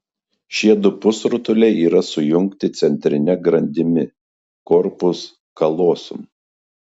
šie du pusrutuliai yra sujungti centrine grandimi korpus kalosum